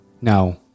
Now